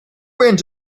went